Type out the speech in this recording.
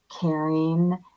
caring